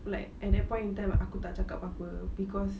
like at that point in time aku tak cakap apa-apa cause